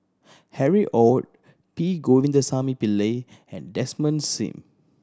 Harry Ord P Govindasamy Pillai and Desmond Sim